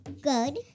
good